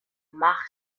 march